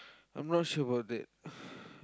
I'm not sure about that